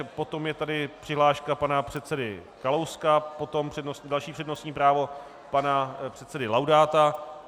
Potom je tady přihláška pana předsedy Kalouska, potom další přednostní právo pana předsedy Laudáta.